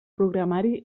programari